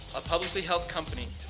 a publicly health company.